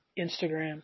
Instagram